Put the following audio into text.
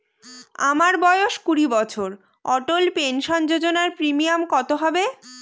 আমার বয়স কুড়ি বছর অটল পেনসন যোজনার প্রিমিয়াম কত হবে?